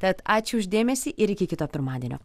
tad ačiū už dėmesį ir iki kito pirmadienio